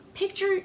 Picture